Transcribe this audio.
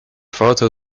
further